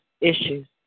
issues